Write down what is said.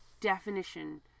definition